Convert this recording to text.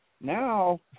Now